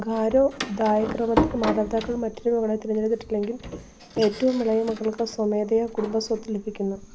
ഗാരോ ദായക്രമത്തില് മാതാപിതാക്കൾ മറ്റൊരു മകളെ തിരഞ്ഞെടുത്തിട്ടില്ലെങ്കിൽ ഏറ്റവും ഇളയ മകൾക്ക് സ്വമേധയാ കുടുംബ സ്വത്ത് ലഭിക്കുന്നു